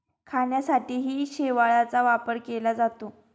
खाण्यासाठीही शेवाळाचा वापर केला जातो